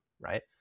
Right